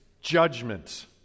judgment